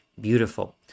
beautiful